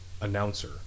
announcer